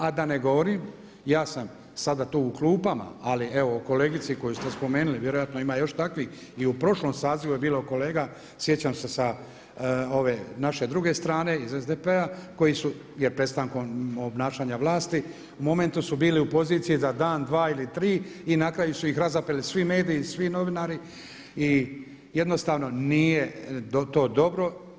A da ne govorim, ja sam sada tu u klupama, ali evo kolegici koju ste spomenuli, vjerojatno ima još takvih i u prošlom sazivu je bilo kolega sjećam se sa ove naše druge strane iz SDP-a koji su prestankom obnašanja vlasti u momentu su bili u poziciji za dan, dva ili tri i nakraju su ih razapeli svi mediji, svi novinari i jednostavno nije to dobro.